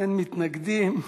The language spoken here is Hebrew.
אין מתנגדים.